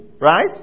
right